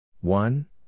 One